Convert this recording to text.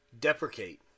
Deprecate